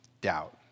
doubt